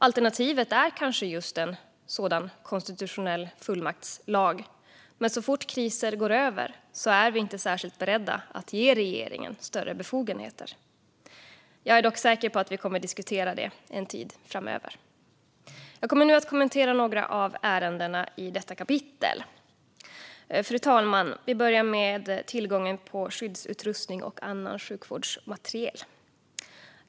Alternativet är kanske just en sådan konstitutionell fullmaktslag, men så fort kriser går över är vi inte särskilt beredda att ge regeringen större befogenheter. Jag är dock säker på att vi kommer att diskutera detta en tid framöver. Jag kommer nu att kommentera några av ärendena i detta kapitel. Fru talman! Vi börjar med tillgången på skyddsutrustning och annan sjukvårdsmateriel.